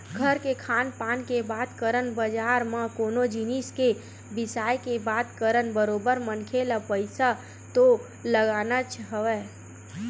घर के खान पान के बात करन बजार म कोनो जिनिस के बिसाय के बात करन बरोबर मनखे ल पइसा तो लगानाच हवय